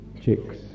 chicks